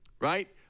right